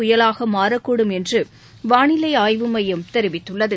புயலாக மாறக்கூடும் என்று வானிலை ஆய்வு மையம் தெரிவித்துள்ளது